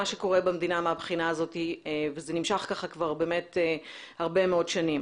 מה שקורה במדינה מבחינה זו שנמשכת כבר הרבה מאוד שנים.